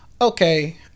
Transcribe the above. okay